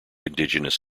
indigenous